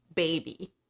baby